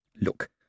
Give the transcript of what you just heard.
Look